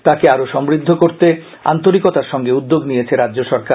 তাকে আরও সমৃদ্ধ করতে আন্তরিকতার সঙ্গে উদ্যোগ নিয়েছে রাজ্য সরকার